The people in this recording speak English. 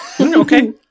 Okay